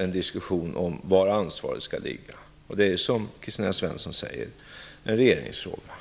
en diskussion om var ansvaret skall ligga. Som Kristina Svensson sade är det en regeringsfråga.